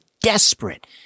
desperate